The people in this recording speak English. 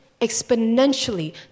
exponentially